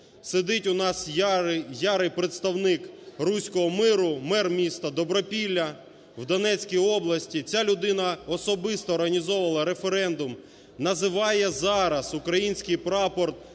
сидить у нас ярий представник "руського миру", мер містаДобропілля в Донецькій області. Ця людина особисто організовувала референдум, називає зараз український прапор